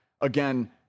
again